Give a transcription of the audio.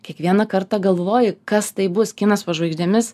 kiekvieną kartą galvoji kas tai bus kinas po žvaigždėmis